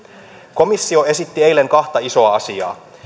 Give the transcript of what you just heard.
komissio esitti eilen kahta isoa asiaa